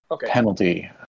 penalty